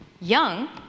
Young